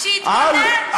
אז שיתגונן.